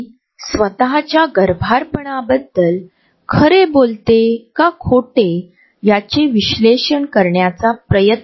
प्रत्येक झोनचे स्वत चे निकट आणि दूर टप्पे आहेत ज्यावर चर्चा करू आणि त्याच वेळी त्यांच्याशी संबंधित सांस्कृतिक आणि स्थानिक पैलू देखील आहेतज्यावर देखील चर्चा केली जाईल